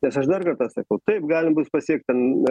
nes aš dar kartą sakau taip galim bus pasiekt ten